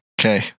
Okay